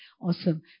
Awesome